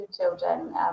children